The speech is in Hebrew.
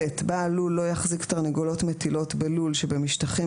(ב)בעל לול לא יחזיק תרנגולות מטילות בלול שבמשטחים